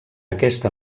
aquesta